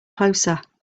closer